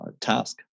task